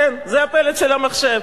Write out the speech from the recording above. זה הפלט של המחשב.